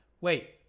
Wait